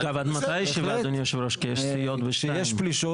כשיש פלישות,